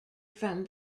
from